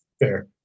Fair